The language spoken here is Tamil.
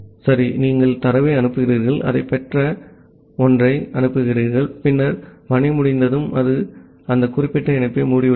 சரி நீங்கள் தரவை அனுப்புகிறீர்கள் அதைப் பெற்ற ஒன்றை அனுப்புகிறீர்கள் பின்னர் பணி முடிந்ததும் அது அந்த குறிப்பிட்ட இணைப்பை மூடிவிட்டது